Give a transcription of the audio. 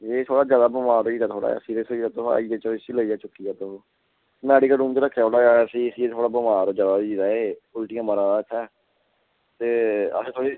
थोह्ड़ा जादा बमार होई गेदा थोह्ड़ा सीरियस हाई दा बच्चा उसी लेी जाओ चुक्कियै मैडिकल रूम च रक्खे दा ते बमार थोह्ड़ा जादा होई दा एह् उल्टियां मारा दा ए् इत्थें ते अस थोह्ड़ी